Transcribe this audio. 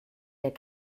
der